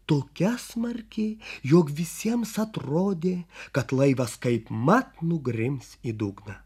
tokia smarki jog visiems atrodė kad laivas kaipmat nugrims į dugną